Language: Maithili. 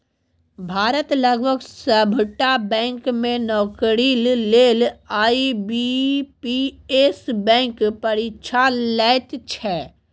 भारतक लगभग सभटा बैंक मे नौकरीक लेल आई.बी.पी.एस बैंक परीक्षा लैत छै